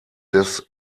des